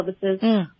services